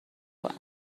کنم